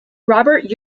robert